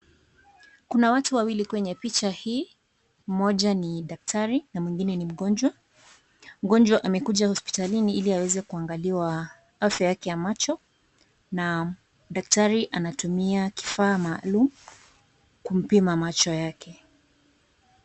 Kuna watu wawili kwenye picha hii, mmoja ni daktari na mwingine ni mgonjwa, mgonjwa amekuja hospitalini ili aweze kuangaliwa afya yake ya macho na daktari anatumia kifaa maalum kumpima macho yake.